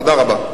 תודה רבה.